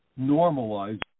normalize